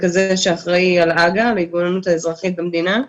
ככזה שאחראי על הג"א, ההתגוננות האזרחית במדינה,